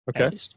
Okay